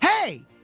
hey